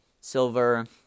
silver